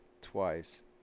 twice